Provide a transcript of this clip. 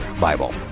Bible